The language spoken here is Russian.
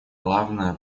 главное